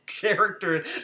character